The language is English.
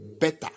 better